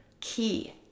key